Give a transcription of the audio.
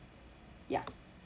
ya